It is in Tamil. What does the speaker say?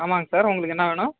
ஆமாங்க சார் உங்களுக்கு என்ன வேணும்